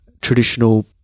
traditional